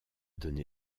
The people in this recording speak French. donné